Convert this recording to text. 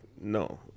no